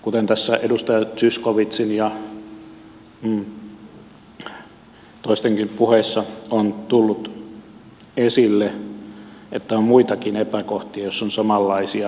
kuten tässä edustaja zyskowiczin ja toistenkin puheissa on tullut esille on muitakin epäkohtia joissa on samanlaisia tietosuojavaikeuksia